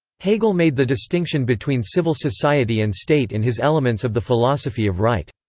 hegel made the distinction between civil society and state in his elements of the philosophy of right.